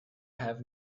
have